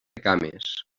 cames